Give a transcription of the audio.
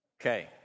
Okay